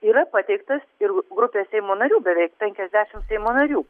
yra pateiktas ir grupė seimo narių beveik penkiasdešimt seimo narių